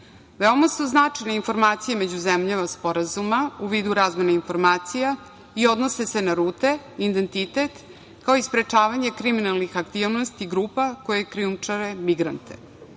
su značajne informacije među zemljama sporazuma u vidu razmene informacija i odnose se na rute, identitet, kao i sprečavanje kriminalnih aktivnosti grupa koje krijumčare migrante.